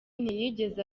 ntiyigeze